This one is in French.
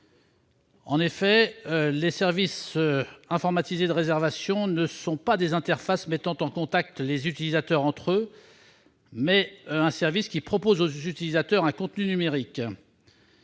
En effet, les systèmes informatisés de réservation ne sont pas des interfaces mettant en contact les utilisateurs entre eux ; il s'agit d'un service proposant à ceux-ci un contenu numérique.